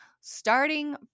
starting